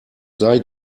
sei